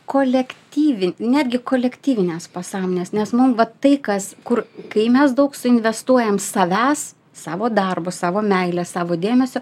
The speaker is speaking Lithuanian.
kolektyvin netgi kolektyvinės pasąmonės nes mum va tai kas kur kai mes daug suinvestuojam savęs savo darbo savo meilės savo dėmesio